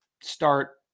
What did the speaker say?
start